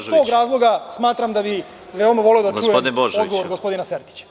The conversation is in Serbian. Iz tog razloga smatram da bi veoma voleo da čujem odgovor gospodina Sertića.